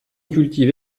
cultive